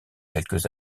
quelques